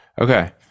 Okay